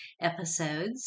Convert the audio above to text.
episodes